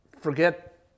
forget